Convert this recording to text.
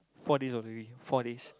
four days already four days